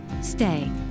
stay